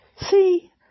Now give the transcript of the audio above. See